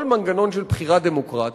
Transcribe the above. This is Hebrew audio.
בכל מנגנון של בחירה דמוקרטית,